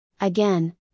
Again